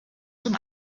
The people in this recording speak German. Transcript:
zum